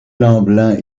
lemblin